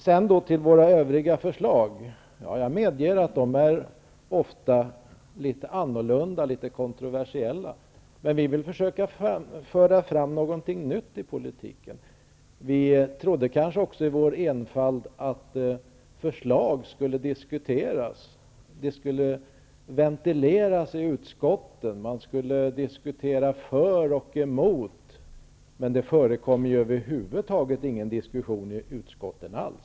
Jag medger att våra övriga förslag ofta är annorlunda, litet kontroversiella, men vi vill försöka föra fram någonting nytt i politiken. Vi trodde kanske i vår enfald att förslag skulle diskuteras, för och emot, och ventileras i utskotten, men det förekommer över huvud taget ingen diskussion alls i utskotten.